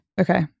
Okay